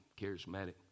charismatic